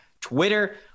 twitter